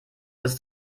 ist